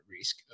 risk